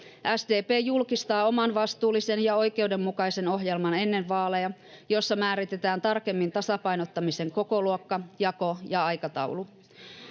vaaleja oman vastuullisen ja oikeudenmukaisen ohjelman, jossa määritetään tarkemmin tasapainottamisen kokoluokka, jako ja aikataulu.